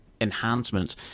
enhancements